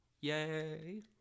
yay